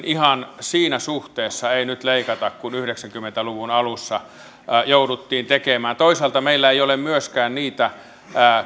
ihan siinä suhteessa ei nyt leikata kuin yhdeksänkymmentä luvun alussa jouduttiin tekemään toisaalta meillä ei ole myöskään niitä